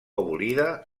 abolida